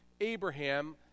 Abraham